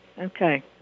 Okay